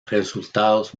resultados